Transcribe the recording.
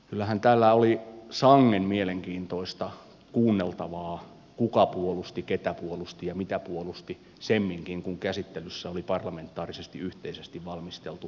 kyllähän täällä oli sangen mielenkiintoista kuunneltavaa kuka puolusti ketä puolusti ja mitä puolusti semminkin kun käsittelyssä oli parlamentaarisesti yhteisesti valmisteltu sote uudistus